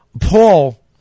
Paul